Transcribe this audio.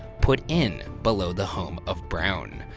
put in below the home of brown.